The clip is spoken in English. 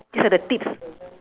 these are the tips